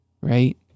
Right